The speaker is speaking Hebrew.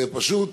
פשוט,